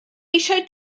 eisiau